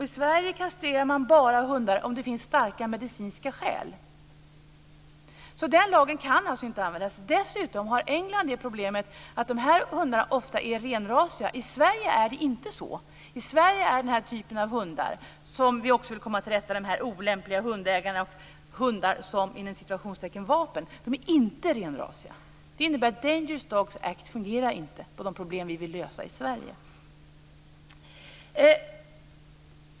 I Sverige kastrerar man bara hundar om det finns starka medicinska skäl. Den lagen kan alltså inte användas. Dessutom har England det problemet att de här hundarna ofta är renrasiga. I Sverige är det inte så. I Sverige är den här typen av hund - där vi också vill komma till rätta med de olämpliga hundägarna som har hundar som vapen - inte renrasig. Det innebär att Dangerous Dogs Act inte fungerar på de problem vi vill lösa i Sverige.